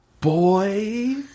Boy